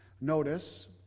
Notice